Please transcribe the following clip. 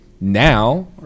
Now